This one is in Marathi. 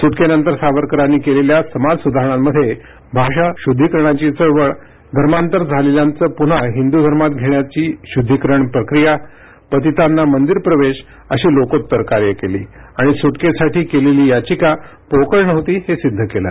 सुटकनेंतर सावरकरांनी केलेल्या समाज सुधारणांमध्ये भाषा शुद्धिकरणाची चळवळ धर्मांतर झालेल्यांचं पुन्हा हिंदु धर्मात घेण्याची श्रद्धिकरण प्रक्रिया पतितांना मंदीर प्रवेश अशी लोकोत्तर कार्यं केली आणि सुटकेसाठी केलेली याचिका पोकळ नव्हती हे सिद्ध केलं